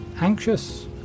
anxious